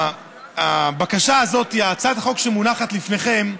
הבקשה הזאת, הצעת החוק שמונחת לפניכם,